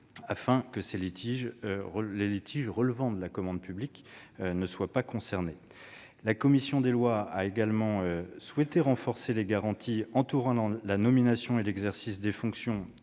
afin que les litiges relevant de la commande publique ne soient pas concernés. La commission des lois a également souhaité renforcer les garanties entourant la nomination et l'exercice des fonctions,